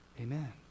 amen